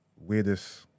weirdest